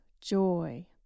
joy